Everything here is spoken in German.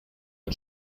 ein